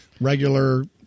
regular